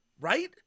Right